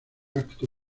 acto